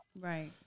Right